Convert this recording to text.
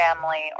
family